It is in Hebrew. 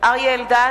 אריה אלדד,